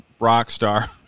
Rockstar